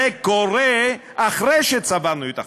זה קורה אחרי שצברנו את החוב.